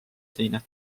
teine